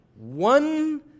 one